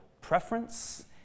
preference